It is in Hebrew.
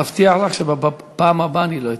מבטיח לך שבפעם הבאה אני לא אטעה.